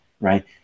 Right